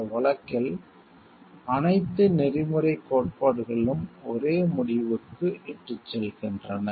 இந்த வழக்கில் அனைத்து நெறிமுறை கோட்பாடுகளும் ஒரே முடிவுக்கு இட்டுச் செல்கின்றன